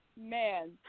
man